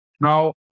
Now